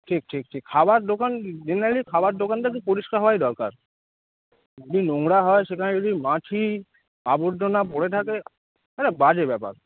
ঠিক ঠিক ঠিক খাবার দোকান জেনারেলি খাবার দোকানদারদের পরিষ্কার হওয়াই দরকার যদি নোংরা হয় সেখানে যদি মাছি আবর্জনা ভরে থাকে একটা বাজে ব্যাপার